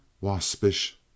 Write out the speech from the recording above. waspish